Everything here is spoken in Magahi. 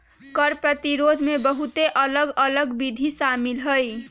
कर प्रतिरोध में बहुते अलग अल्लग विधि शामिल हइ